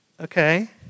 Okay